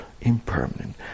impermanent